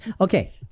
okay